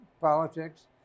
politics